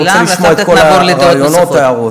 אני רוצה לשמוע את כל הרעיונות וההערות.